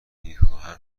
میخواهم